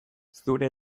zure